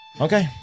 okay